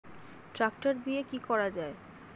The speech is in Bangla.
ট্রাক্টর দিয়ে কি করা যায়?